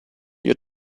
your